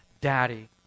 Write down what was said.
Daddy